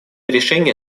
решение